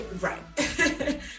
right